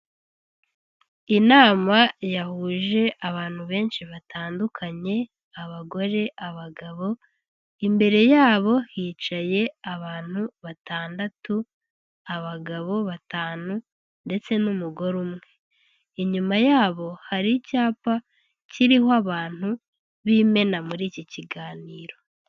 Inama yahuje abantu benshi batandukanye abagore, abagabo imbere yabo hicaye abantu batandatu abagabo batanu ndetse n'umugore umwe inyuma yabo hari icyapa kiriho abantu b'imena muri iki kiganiro.